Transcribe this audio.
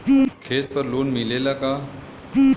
खेत पर लोन मिलेला का?